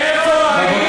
איפה היית?